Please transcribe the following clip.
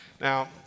Now